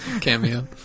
cameo